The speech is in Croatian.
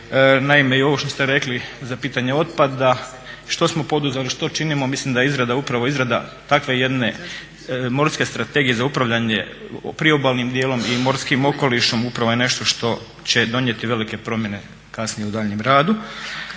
naime i ovo što ste rekli za pitanje otpada što smo poduzeli, što činimo, mislim da upravo izrada takve jedne morske strategije za upravljanje priobalnim dijelom i morskim okolišom upravo je nešto što će donijeti velike promjene kasnije u daljnjem radu.